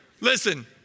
Listen